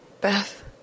Beth